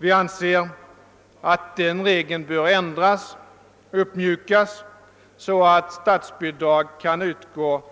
Vi anser att den regeln bör uppmjukas, så att statsbidrag kan utgå